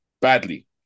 Badly